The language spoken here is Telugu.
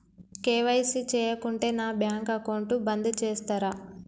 కే.వై.సీ చేయకుంటే నా బ్యాంక్ అకౌంట్ బంద్ చేస్తరా?